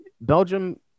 Belgium